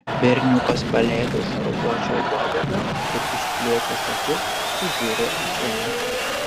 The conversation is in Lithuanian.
berniukas paleido šarvuočio uodegą ir išplėtęs akis sužiuro į senį